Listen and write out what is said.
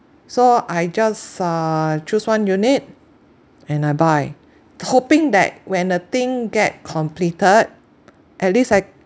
so I just uh choose one unit and I buy hoping that when the thing get completed at least I